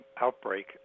outbreak